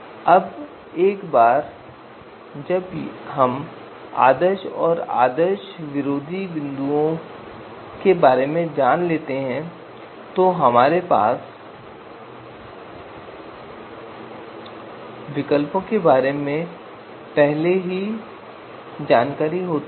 अब एक बार जब हम इन आदर्श और आदर्श विरोधी बिंदुओं को जान लेते हैं तो हमारे पास विकल्पों के बारे में पहले से ही जानकारी होती है